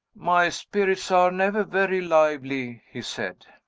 my spirits are never very lively, he said.